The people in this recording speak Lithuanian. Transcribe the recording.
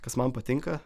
kas man patinka